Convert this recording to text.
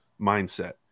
mindset